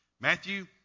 Matthew